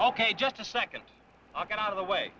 ok just a second i got out of the way